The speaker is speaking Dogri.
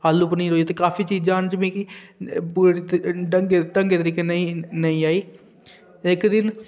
आलु पनीर होई गेआ ते काफी चीज़ां न जेह्कियां मिगी पूरी ढंगै तरीकै कन्नै नेईं आई इक्क दिन